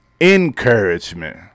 encouragement